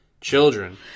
children